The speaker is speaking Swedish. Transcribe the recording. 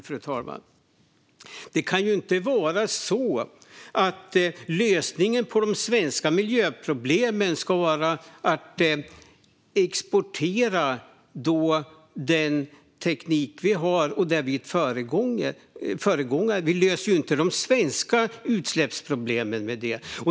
Fru talman! Lösningen på de svenska miljöproblemen kan ju inte vara att exportera den teknik som vi har och där vi är föregångare. Vi löser ju inte de svenska utsläppsproblemen med det.